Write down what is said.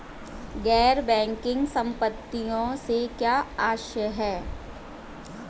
गैर बैंकिंग संपत्तियों से क्या आशय है?